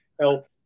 Help